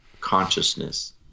consciousness